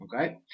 okay